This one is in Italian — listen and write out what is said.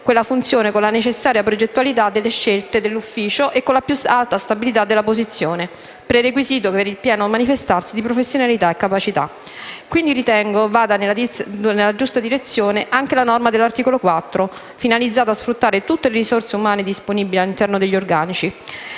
quella funzione con la necessaria progettualità delle scelte dell'ufficio e con la più alta stabilità della posizione, prerequisito per il pieno manifestarsi di professionalità e capacità. Ritengo quindi vada nella direzione giusta anche la norma dell'articolo 4, finalizzata a sfruttare tutte le risorse umane disponibili all'interno degli organici: